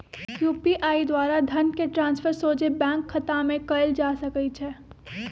UPI द्वारा धन के ट्रांसफर सोझे बैंक खतामें कयल जा सकइ छै